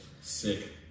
Sick